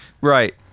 Right